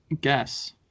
guess